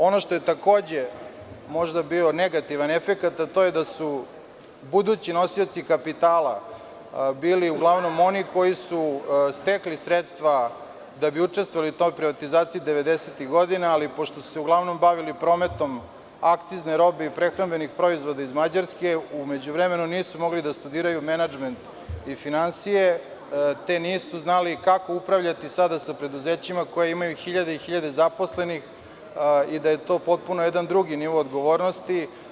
Ono što je takođe možda bio negativan efekat jeste to da su budući nosioci kapitala bili uglavnom oni koji su stekli sredstva da bi učestvovali u toj privatizaciji devedesetih godina, ali pošto su se uglavnom bavili prometom akcizne robe i prehrambenih proizvoda iz Mađarske, u međuvremenu nisu mogli da studiraju menadžment i finansije, te nisu znali kako upravljati sa preduzećima koja imaju hiljade i hiljade zaposlenih i da je to jedan potpuno drugi nivo odgovornosti.